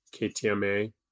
KTMA